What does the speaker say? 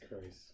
christ